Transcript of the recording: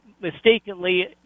mistakenly